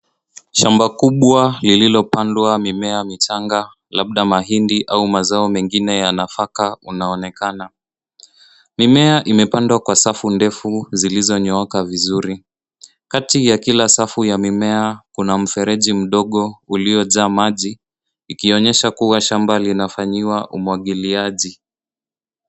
Shamba kubwa lililopandwa mimea michanga labda mahindi au mazao mengine ya nafaka unaonekana. Mimea imepandwa kwa safu ndefu zilizonyooka vizuri. Kati ya kila safu ya mimea kuna mfereji mdogo uliojaa maji, ikionyesha kuwa shamba linafanyiwa umwagiliaji.